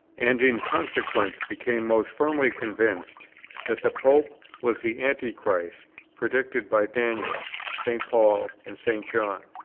and in consequence became most firmly convinced that the pope was the antichrist predicted by daniel, st. paul, and st. john.